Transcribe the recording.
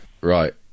right